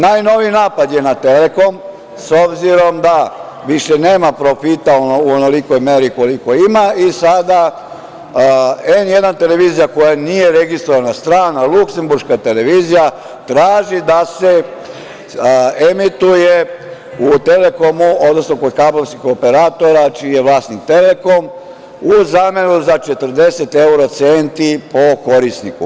Najnoviji napad je na „Telekom“, s obzirom da više nema profita u onolikoj meri koliko ima, i sada N1 televizija, koja nije registrovana, strana, luksemburška televizija, traži da se emituje u „Telekomu“, odnosno kod kablovskog operatora čiji je vlasnik „Telekom“, u zamenu za 40 evro centi po korisniku.